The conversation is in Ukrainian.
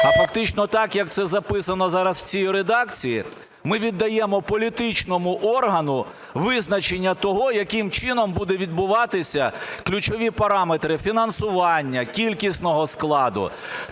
А фактично так, як це записано зараз в цій редакції, ми віддаємо політичному органу визначення того, яким чином будуть відбуватися ключові параметри фінансування, кількісного складу.